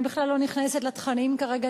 אני בכלל לא נכנסת לתכנים כרגע,